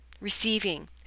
receiving